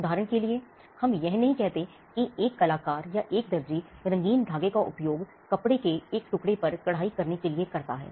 उदाहरण के लिए हम यह नहीं कहते हैं कि एक कलाकार या एक दर्जी रंगीन धागे का उपयोग कपड़े के एक टुकडे़ पर कढ़ाई करने के लिए करता है